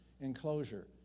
enclosure